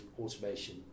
automation